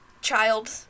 child